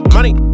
Money